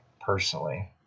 personally